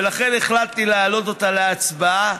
ולכן החלטתי להעלות אותה להצבעה,